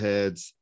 Heads